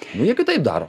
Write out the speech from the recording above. nu jie kitaip daro